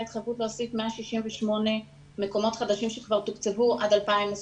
התחייבות להוסיף 168 מקומות חדשים שכבר תוקצבו עד 2020,